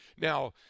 Now